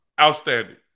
Outstanding